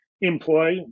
employ